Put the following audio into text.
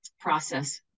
process